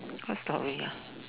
what story lah